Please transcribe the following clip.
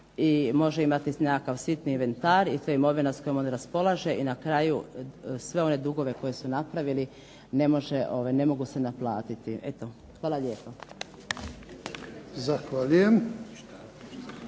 može imati nekakav sitni inventar i to je imovina s kojom on raspolaže i na kraju sve one dugove koje su napravili ne mogu se naplatiti. Eto, hvala lijepa.